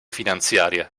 finanziaria